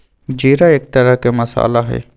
जीरा एक तरह के मसाला हई